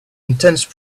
intense